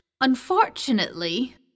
unfortunately